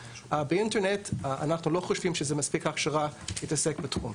באינטרנט אנחנו לא חושבים שזה מספיק הכשרה להתעסק בתחום.